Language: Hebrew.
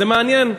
זה מעניין,